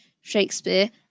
Shakespeare